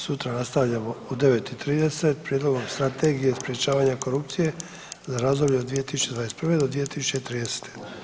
Sutra nastavljamo u 9,30 Prijedlogom strategije sprečavanja korupcije za razdoblje od 2021.-2030.